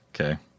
Okay